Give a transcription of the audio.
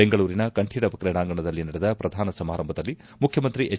ಬೆಂಗಳೂರಿನ ಕಂಠೀರವ ಕ್ರೀಡಾಂಗಣದಲ್ಲಿ ನಡೆದ ಪ್ರಧಾನ ಸಮಾರಂಭದಲ್ಲಿ ಮುಖ್ಯಮಂತ್ರಿ ಎಚ್